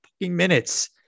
minutes